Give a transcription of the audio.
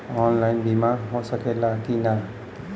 Online बीमा हो सकेला की ना?